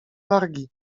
wargi